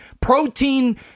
protein